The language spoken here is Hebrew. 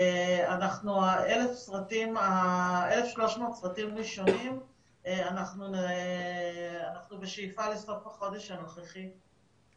1,300 סרטים ראשונים אנחנו בשאיפה לסוף החודש הנוכחי,